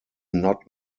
not